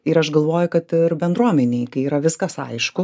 ir aš galvoju kad ir bendruomenei kai yra viskas aišku